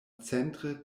centre